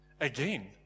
again